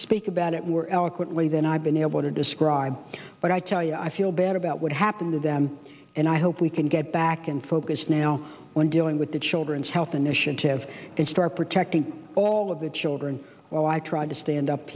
speak about it eloquently than i've been able to describe but i tell you i feel bad about what happened to them and i hope we can get back in focus now when dealing with the children's health initiative and start protecting all of the children well i tried to stand up